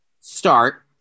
start